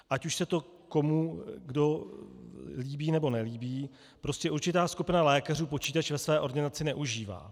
Ať už se to komu líbí, nebo nelíbí, prostě určitá skupina lékařů počítač ve své ordinaci neužívá.